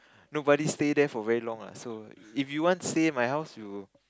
nobody stay there for very long ah so if you want stay my house you